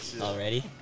already